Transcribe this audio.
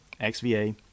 XVA